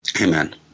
Amen